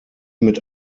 mit